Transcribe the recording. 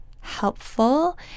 helpful